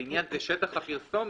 "לעניין זה, "שטח הפרסומת"